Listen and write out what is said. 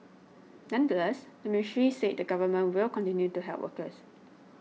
nonetheless the ministry said the Government will continue to help workers